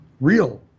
real